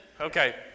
Okay